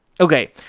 Okay